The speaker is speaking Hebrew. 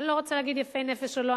אני לא רוצה לומר יפי נפש או לא,